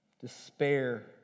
despair